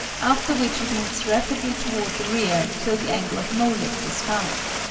after which it moves rapidly toward the rear till the angle of no lift is found.